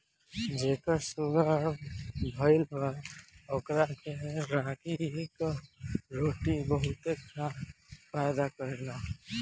जेके शुगर भईल बा ओकरा के रागी कअ रोटी बहुते फायदा करेला